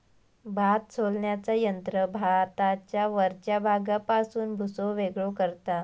भात सोलण्याचा यंत्र भाताच्या वरच्या भागापासून भुसो वेगळो करता